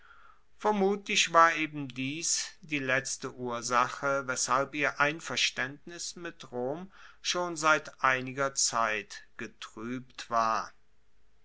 vermutlich war eben dies die letzte ursache weshalb ihr einverstaendnis mit rom schon seit einiger zeit getruebt war